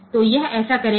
तो यह ऐसा करेगा